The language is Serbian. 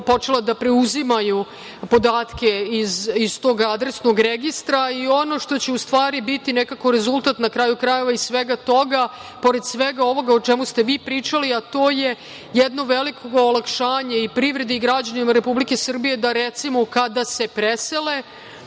počela da preuzimaju podatke iz tog adresnog registra. Ono što će u stvari biti nekako rezultat na kraju krajeva svega toga, pored svega ovoga o čemu ste vi pričali, a to je jedno veliko olakšanje i privredi i građanima Republike Srbije da recimo kada se presele